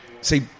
See